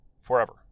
forever